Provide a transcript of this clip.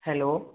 hello